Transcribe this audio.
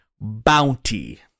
Bounty